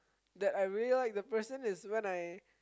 that I really like the person is when I